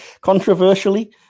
controversially